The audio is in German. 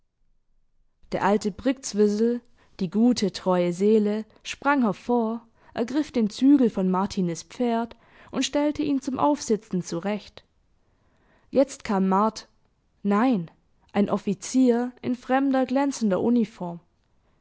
der alte brktzwisl die gute treue seele sprang hervor ergriff den zügel von martiniz pferd und stellte ihn zum aufsitzen zurecht jetzt kam mart nein ein offizier in fremder glänzender uniform